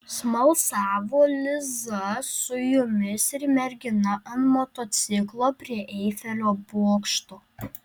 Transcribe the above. smalsavo liza su jumis ir mergina ant motociklo prie eifelio bokšto